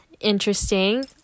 interesting